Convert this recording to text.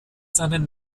seinen